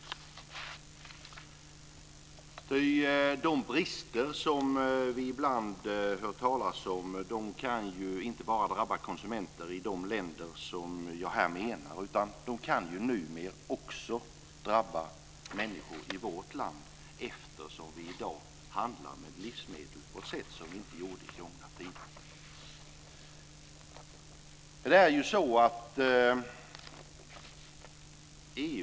Ty de brister som vi ibland hör talas om drabbar inte bara konsumenter i de länder som jag här talar om, utan de kan ju numera också drabba människor i vårt land eftersom vi i dag handlar med livsmedel på ett sätt som vi inte gjorde i gångna tider.